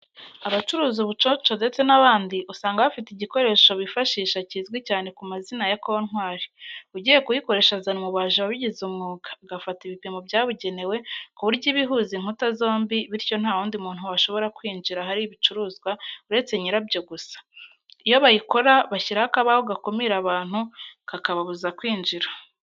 Abacuruza ubuconsho ndetse n'abandi, usanga bafite igikoresho bifashisha kizwi cyane ku mazina ya kontwari. Ugiye kuyikoresha azana umubaji wabigize umwuga, agafata ibipimo byabugenewe ku buryo iba ihuza inkuta zombi bityo nta wundi muntu washobora kwinjira ahari ibicuruzwa uretse nyibabyo gusa. Iyo bayikora, bashyiraho akabaho gakumira abantu kakababuza kwinjira.